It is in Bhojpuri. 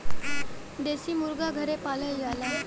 देसी मुरगा घरे पालल जाला